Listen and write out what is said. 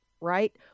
right